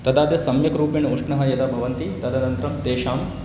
तदा ते सम्यक् रूपेण उष्णाः यदा भवन्ति तदनन्तरं तेषां